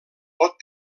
pot